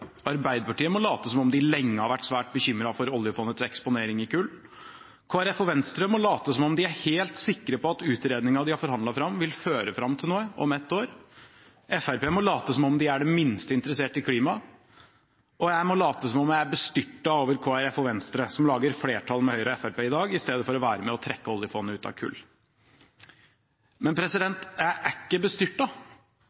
Arbeiderpartiet må late som om de lenge har vært svært bekymret for oljefondets eksponering i kull. Kristelig Folkeparti og Venstre må late som om de er helt sikre på at utredningen de har forhandlet fram, vil føre fram til noe om et år. Fremskrittspartiet må late som om de er det minste interessert i klima, og jeg må late som om jeg er bestyrtet over Kristelig Folkeparti og Venstre, som lager flertall med